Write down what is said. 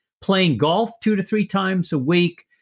playing golf two to three times a week.